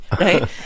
right